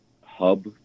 hub